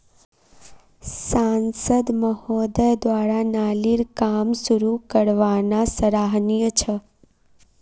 सांसद महोदय द्वारा नालीर काम शुरू करवाना सराहनीय छ